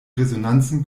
resonanzen